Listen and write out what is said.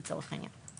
לצורך העניין,